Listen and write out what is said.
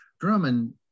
Drummond